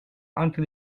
entre